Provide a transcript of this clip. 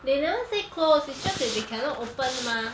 they never say close it's just that they cannot open mah